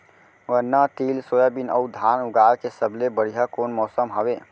गन्ना, तिल, सोयाबीन अऊ धान उगाए के सबले बढ़िया कोन मौसम हवये?